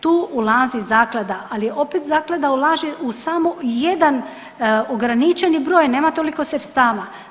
Tu ulazi zaklada ali opet zaklada ulaže u samo jedan ograničeni broj, nema toliko sredstava.